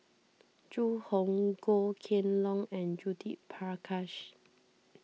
Zhu Hong Goh Kheng Long and Judith Prakash